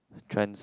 trends